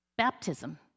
Baptism